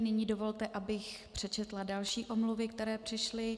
Nyní dovolte, abych přečetla další omluvy, které přišly.